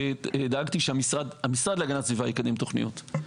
ודאגתי שהמשרד להגנת הסביבה יקדם תוכניות.